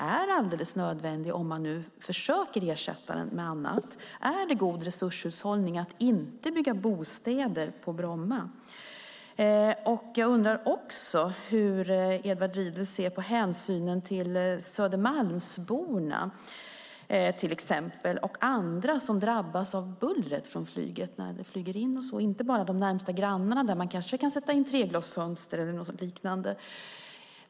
Är det god resurshushållning att inte bygga bostäder på Bromma? Jag undrar också hur Edward Riedl ser på hänsynen till Södermalmsborna och andra som drabbas av buller från flyget. Bor man granne med flygplatsen kan man kanske sätta in treglasfönster eller liknande.